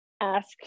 Ask